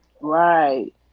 right